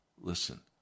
Listen